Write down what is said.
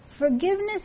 Forgiveness